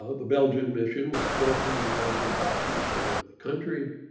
ah the belgian mission with four hundred belgian doctors around the country.